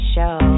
Show